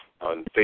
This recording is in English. on